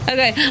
Okay